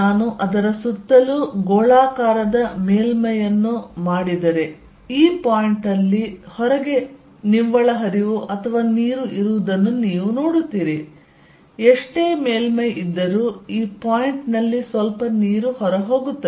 ನಾನು ಅದರ ಸುತ್ತಲೂ ಗೋಳಾಕಾರದ ಮೇಲ್ಮೈಯನ್ನು ಮಾಡಿದರೆ ಈ ಪಾಯಿಂಟ್ ಅಲ್ಲಿ ಹೊರಗೆ ನಿವ್ವಳ ಹರಿವು ಅಥವಾ ನೀರು ಇರುವುದನ್ನು ನೀವು ನೋಡುತ್ತೀರಿ ಎಷ್ಟೇ ಮೇಲ್ಮೈ ಇದ್ದರೂ ಈ ಪಾಯಿಂಟ್ ನಲ್ಲಿ ಸ್ವಲ್ಪ ನೀರು ಹೊರಹೋಗುತ್ತದೆ